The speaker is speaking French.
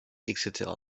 etc